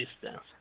distance